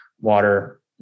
water